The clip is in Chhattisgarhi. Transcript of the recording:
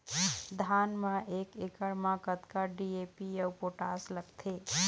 धान म एक एकड़ म कतका डी.ए.पी अऊ पोटास लगथे?